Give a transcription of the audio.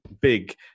big